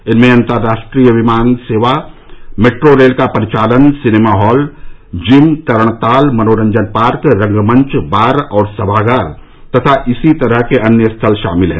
इनमें अंतर्राष्ट्रीय विमान यात्रा मेट्रो रेल का परिचालन सिनेमा हॉल जिम तरणताल मनोरंजन पार्क रंगमंच बार और सभागार तथा अन्य इसी तरह के स्थल शामिल हैं